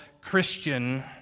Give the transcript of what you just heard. Christian